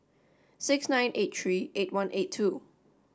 six nine eight three eight one eight two